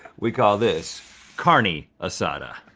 we call this carny asada.